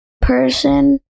person